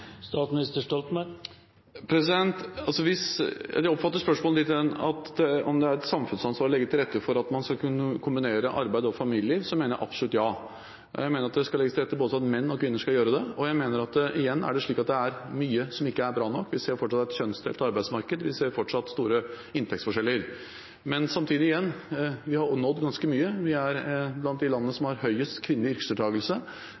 Hvis jeg oppfatter spørsmålet dit hen at det er et samfunnsansvar å legge til rette for at man skal kunne kombinere arbeid og familieliv, mener jeg absolutt ja. Jeg mener at det skal legges til rette for at både menn og kvinner skal kunne det. Og jeg mener igjen at det er mye som ikke er bra nok. Vi ser fortsatt et kjønnsdelt arbeidsmarked. Vi ser fortsatt store inntektsforskjeller. Men samtidig, igjen: Vi har oppnådd ganske mye. Vi er blant de landene